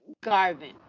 garvin